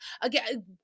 Again